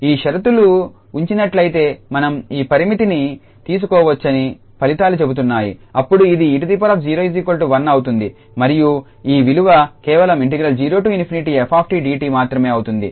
ఈ షరతులు ఉంచినట్లయితే మనం ఈ పరిమితిని తీసుకోవచ్చని ఫలితాలు చెబుతున్నాయి అప్పుడు ఇది 𝑒0 1 అవుతుంది మరియు ఈ విలువ కేవలం 0F𝑡𝑑𝑡 మాత్రమే అవుతుంది